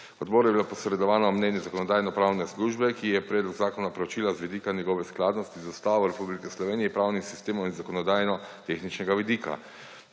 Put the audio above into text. Odboru je bilo posredovano mnenje Zakonodajno-pravne službe, ki je predlog zakona preučila z vidika njegove skladnosti z Ustavo Republike Slovenije, pravnim sistemom in zakonodajno-tehničnega vidika.